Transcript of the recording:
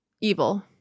Evil